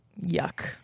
yuck